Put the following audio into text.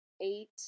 Eight